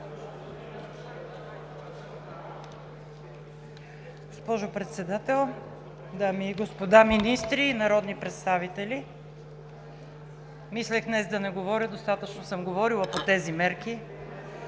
Госпожо Председател, дами и господа министри, народни представители! Мислех днес да не говоря, достатъчно съм говорила по тези мерки,